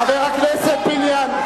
חבר הכנסת פיניאן.